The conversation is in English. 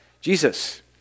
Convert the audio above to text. Jesus